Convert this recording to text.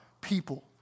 people